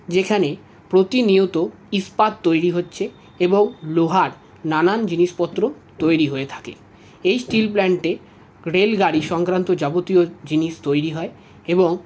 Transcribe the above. যেখানে প্রতিনিয়ত ইস্পাত তৈরি হচ্ছে এবং লোহার নানান জিনিসপত্র তৈরি হয়ে থাকে এই স্টিল প্ল্যান্টে রেলগাড়ি সংক্রান্ত যাবতীয় জিনিস তৈরি হয় এবং